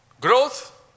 Growth